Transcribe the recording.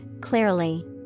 clearly